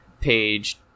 page